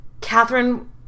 Catherine